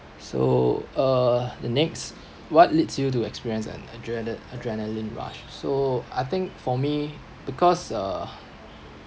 so uh the next what leads you to experience an adrena~ adrenaline rush so I think for me because uh